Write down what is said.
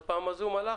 עד כאן יש הערות?